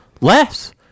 less